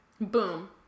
Boom